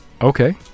Okay